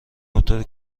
موتور